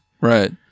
Right